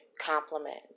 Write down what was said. compliment